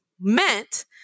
meant